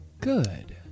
Good